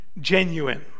genuine